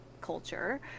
culture